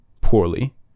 poorly